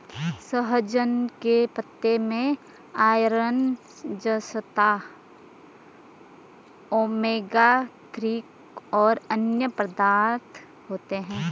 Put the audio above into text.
सहजन के पत्ते में आयरन, जस्ता, ओमेगा थ्री और अन्य पदार्थ होते है